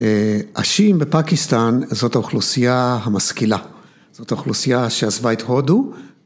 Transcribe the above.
‫אשים בפקיסטן זאת האוכלוסייה המשכילה. ‫זאת האוכלוסייה שעזבה את הודו.